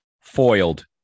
Foiled